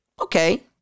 Okay